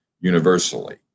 universally